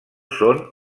són